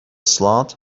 slot